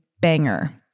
banger